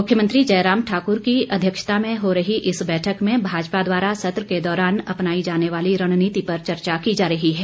मुख्यमंत्री जयराम ठाकुर की अध्यक्षता में हो रही इस बैठक में भाजपा द्वारा सत्र के दौरान अपनाई जाने वाली रणनीति पर चर्चा की जा रही है